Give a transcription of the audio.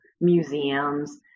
museums